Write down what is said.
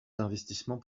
d’investissements